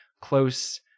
close